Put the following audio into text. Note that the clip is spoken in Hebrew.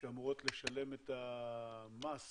שאמורות לשלם את המס